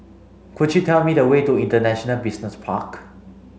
could you tell me the way to International Business Park